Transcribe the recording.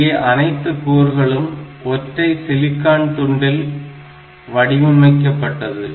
இங்கே அனைத்து கூறுகளும் ஒற்றை சிலிக்கான் துண்டில் வடிவமைக்கப்பட்டது